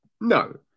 No